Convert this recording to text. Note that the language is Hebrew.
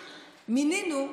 מינינו,